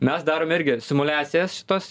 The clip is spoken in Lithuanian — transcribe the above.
mes darome irgi simuliacijas šitos